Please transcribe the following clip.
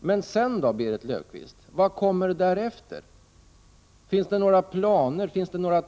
Men vad kommer därefter, Berit Löfstedt? Har socialdemokraterna några planer på eller